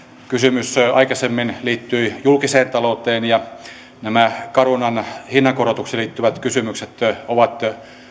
kysymys aikaisemmin liittyi julkiseen talouteen ja nämä carunan hinnankorotuksiin liittyvät kysymykset ovat